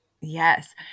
Yes